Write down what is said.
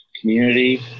community